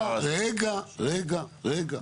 רגע, רגע, רגע, רגע.